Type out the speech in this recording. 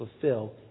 fulfill